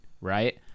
right